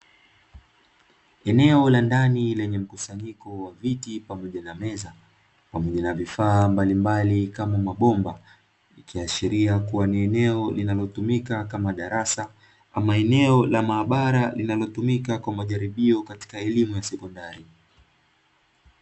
Eneo la ndani lenye mkusanyiko wa viti pamoja na meza pamoja na vifaa mbalimbali kama mabomba, ikiashiria kuwa ni eneo linalotumika kama darasa ama eneo la maabara linalotumika kwa majaribio katika elimu ya sekondari.